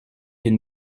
une